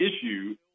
issue